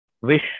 wish